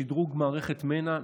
שדרוג מערכת מנ"ע,